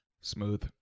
Smooth